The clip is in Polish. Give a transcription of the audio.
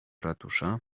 ratusza